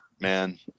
man